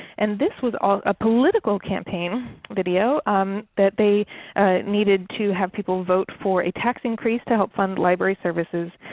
and this was on a political campaign video that they needed to have people vote for a tax increase to help fund library services.